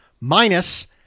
minus